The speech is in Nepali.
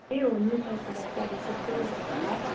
त्यही हो न्यू सर्कुलर चाहिँ अब त्यसकै उएसमा छ